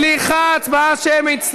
סליחה, הצבעה שמית.